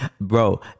Bro